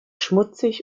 schmutzig